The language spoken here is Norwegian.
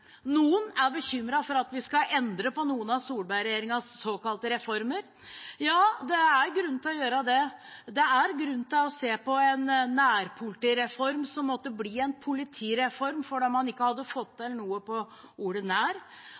Noen er bekymret for at vi skal endre på noen av Solberg-regjeringens såkalte reformer. Ja, det er grunn til å gjøre det. Det er grunn til å se på en nærpolitireform som måtte bli en politireform fordi man ikke hadde fått til noe på ordet